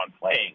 playing